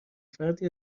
فردی